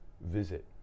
visit